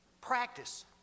Practice